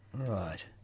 right